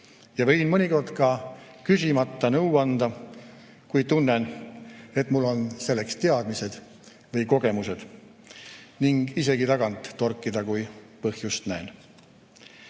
ja võin mõnikord ka küsimata nõu anda, kui tunnen, et mul on selleks teadmised või kogemused, ning isegi tagant torkida, kui põhjust näen. Kõige